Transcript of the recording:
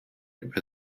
über